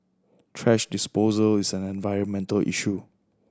thrash disposal is an environmental issue